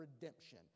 redemption